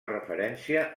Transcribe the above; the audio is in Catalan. referència